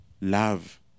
love